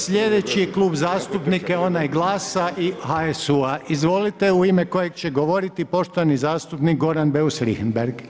Sljedeći je Klub zastupnika onaj GLAS-a i HSU-a, izvolite u ime kojeg će govoriti poštovani zastupnik Goran Beus Richembergh.